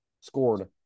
scored